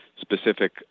specific